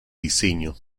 diseño